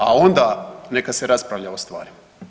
A onda neka se raspravlja o stvari.